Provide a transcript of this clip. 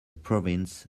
province